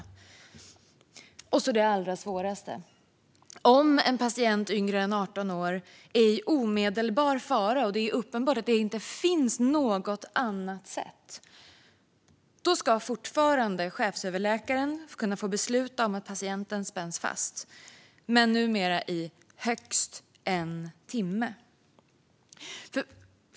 När det gäller det allra svåraste vill jag säga att om en patient som är yngre än 18 år är i omedelbar fara och det är uppenbart att det inte finns något annat sätt ska chefsöverläkaren fortfarande kunna få besluta om att patienten spänns fast, men numera i högst en timme.